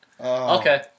Okay